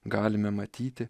galime matyti